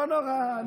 לא נורא.